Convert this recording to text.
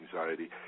anxiety